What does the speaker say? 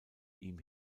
ihm